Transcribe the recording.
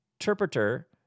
interpreter